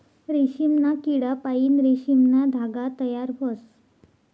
रेशीमना किडापाईन रेशीमना धागा तयार व्हस